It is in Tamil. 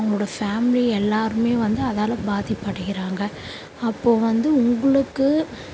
அவங்களோட ஃபேமிலி எல்லாருமே வந்து அதால் பாதிப்படைகிறாங்க அப்போது வந்து உங்களுக்கு